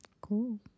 Cool